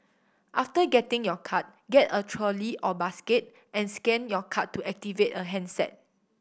after getting your card get a trolley or basket and scan your card to activate a handset